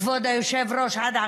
כבוד היושב-ראש,